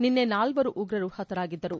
ನಿನ್ನೆ ನಾಲ್ಲರು ಉಗ್ರರು ಹತರಾಗಿದ್ದರು